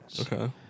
Okay